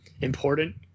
important